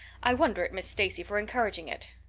i wonder at miss stacy for encouraging it.